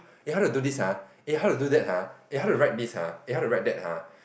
eh how to do this !huh! how to do that !huh! how to write this !huh! how to write that !huh!